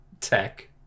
tech